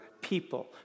people